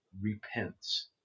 repents